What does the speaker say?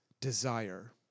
desire